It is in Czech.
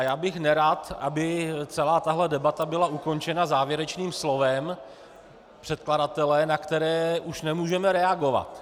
Já bych nerad, aby celá tahle debata byla ukončena závěrečným slovem předkladatele, na které už nemůžeme reagovat.